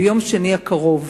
ביום שני הקרוב